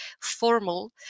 formal